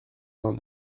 vingt